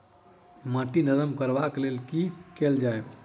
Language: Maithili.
माटि नरम करबाक लेल की केल जाय?